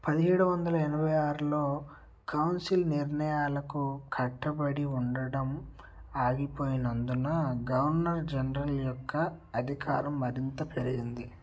పదిహేడు వందల ఎనభై ఆరులో కౌన్సిల్ నిర్ణయాలకు కట్టుబడి ఉండడం ఆగిపోయినందున గవర్నర్ జనరల్ యొక్క అధికారం మరింత పెరిగింది